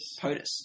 POTUS